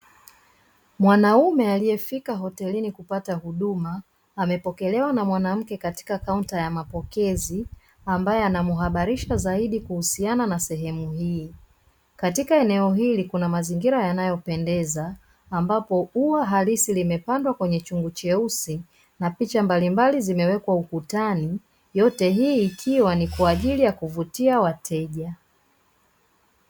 Mwanaume aliyefika hotelini kupata huduma, amepokelewa na mwanamke katika kaunta ya mapokezi ambaye ana mhabarisha zaidi kuhusiana na sehemu hii. Katika eneo hili kuna mazingira yanayopendeza ambapo ua halisi limepandwa kwenye chombo cheusi na picha mbalimbali zimewekwa ukutani, yote hii ikiwa ni kwa ajili ya kuvutia wateja.